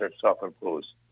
self-imposed